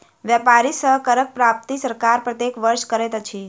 व्यापारी सॅ करक प्राप्ति सरकार प्रत्येक वर्ष करैत अछि